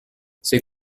c’est